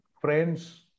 friends